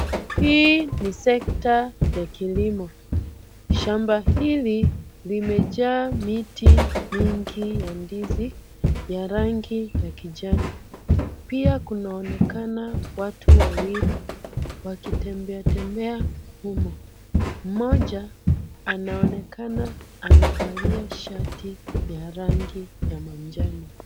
Hii ni sekta ya kilimo. Shamba hili limejaa miti mingi ya ndizi ya rangi ya kijani kibichi pia kunaonekana watu wawili wakitembea tembea humo. Mmoja anaonekana amevalia shati ya rangi ya manjano.